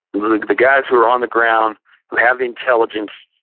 like the guys who are on the ground who have intelligence,